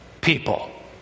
people